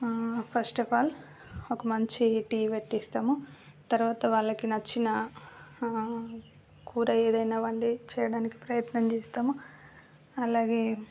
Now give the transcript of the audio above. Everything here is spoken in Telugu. ఫస్ట్ అఫ్ ఆల్ ఒక మంచి టీ పెట్టి ఇస్తాము తర్వాత వాళ్ళకి నచ్చిన కూర ఏదైనా వండి చేయడానికి ప్రయత్నం చేస్తాము అలాగే